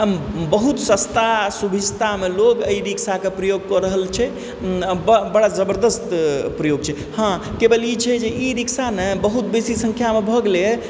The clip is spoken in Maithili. बहुत सस्ता सुभिस्तामे लोग एहि रिक्शाके प्रयोग कऽ रहल छै बड़ा जबरदस्त प्रयोग छै हँ केवल ई छै जे ई रिक्शा ने बहुत बेसी सङ्ख्यामे भऽ गेलैहँ